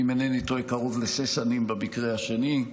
ואם אינני טועה קרוב לשש שנים במקרה השני.